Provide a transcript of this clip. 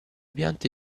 piante